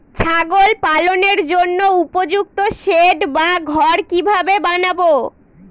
ছাগল পালনের জন্য উপযুক্ত সেড বা ঘর কিভাবে বানাবো?